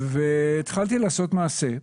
התחלתי לעשות מעשה.